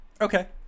Okay